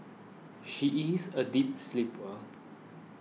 she is a deep sleeper